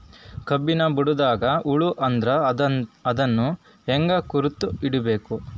ಕಬ್ಬಿನ್ ಬುಡದಾಗ ಹುಳ ಆದರ ಅದನ್ ಹೆಂಗ್ ಗುರುತ ಹಿಡಿಬೇಕ?